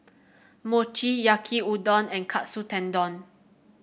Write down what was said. Mochi Yaki Udon and Katsu Tendon